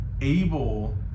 able